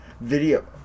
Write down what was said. Video